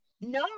No